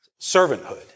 servanthood